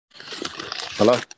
Hello